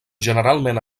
generalment